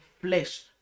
flesh